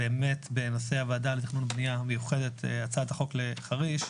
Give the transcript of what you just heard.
בנושא ועדה המיוחדת לתכנון ובנייה של חריש.